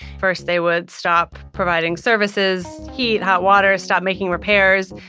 first they would stop providing services, heat, hot water, stop making repairs.